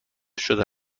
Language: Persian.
شده